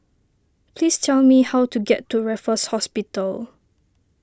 please tell me how to get to Raffles Hospital